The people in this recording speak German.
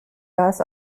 gas